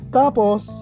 tapos